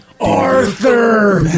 Arthur